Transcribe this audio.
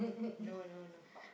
no no no